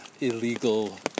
illegal